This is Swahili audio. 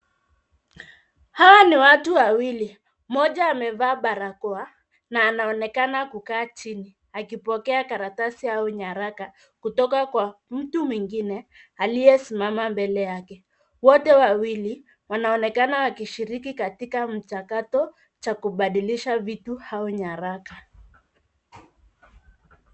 Hawa ni watu wawili, mmoja amevaa barakoa, na anaonekana kukaa chini, akipokea karatasi au nyaraka, kutoka kwa mtu mwingine, aliyesimama mbele. Wote wawili, wanaonekana wakishiriki katika mchakato cha kubadilisha vitu, au nyaraka.